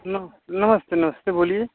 नम नमस्ते नमस्ते बोलिए